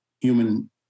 human